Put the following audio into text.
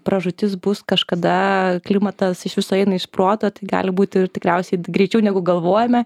pražūtis bus kažkada klimatas iš viso eina iš proto tai gali būti ir tikriausiai greičiau negu galvojome